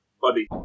body